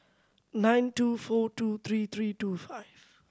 nine two four two three three two five